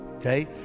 okay